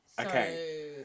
Okay